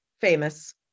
famous